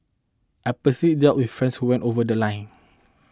I've person dealt with friends who went over The Line